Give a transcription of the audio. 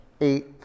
eight